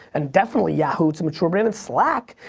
and definitely yahoo, it's a mature brand, and slack,